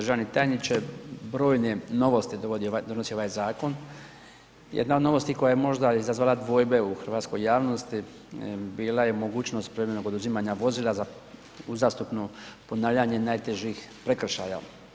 Poštovani državni tajniče, brojne novosti donosi ovaj zakon, jedna od novosti koja je možda izazvala dvojbe u hrvatskoj javnosti bila je mogućnost privremenog oduzimanja vozila za uzastopno ponavljanje najtežih prekršaja.